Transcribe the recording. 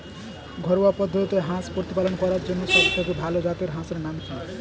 ঘরোয়া পদ্ধতিতে হাঁস প্রতিপালন করার জন্য সবথেকে ভাল জাতের হাঁসের নাম কি?